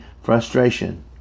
frustration